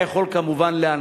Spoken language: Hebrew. את הרמב"ם ואלברט איינשטיין,